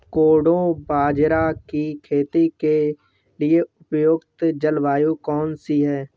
कोडो बाजरा की खेती के लिए उपयुक्त जलवायु कौन सी है?